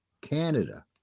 Canada